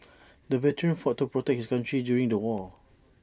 the veteran fought to protect his country during the war